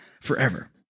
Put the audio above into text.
forever